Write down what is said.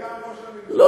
תראה, גם לראש הממשלה, לא